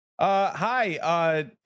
Hi